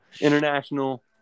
international